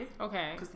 Okay